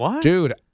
dude